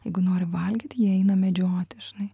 jeigu nori valgyti jie eina medžioti žinai